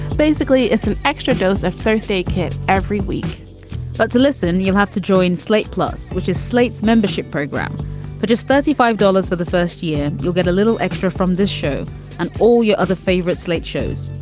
basically, it's an extra dose of thursday kit every week but to listen, you'll have to join slate plus, which is slate's membership program for just thirty five dollars for the first year. you'll get a little extra from this show and all your other favorite slate shows.